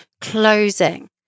closing